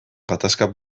gatazka